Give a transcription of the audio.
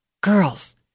Girls